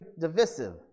divisive